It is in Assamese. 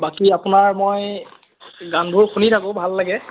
বাকী আপোনাৰ মই গানবোৰ শুনি থাকোঁ ভাল লাগে